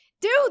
dude